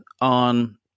on